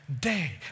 day